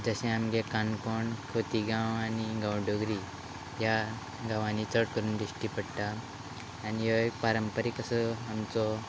जशे आमगे काणकोण खोतीगांव आनी गांवडोगरी ह्या गांवांनी चड करून दिश्टी पडटा आनी ह्यो एक पारंपारीक असो आमचो